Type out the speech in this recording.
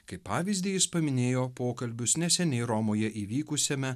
kaip pavyzdį jis paminėjo pokalbius neseniai romoje įvykusiame